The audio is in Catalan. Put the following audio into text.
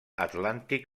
atlàntic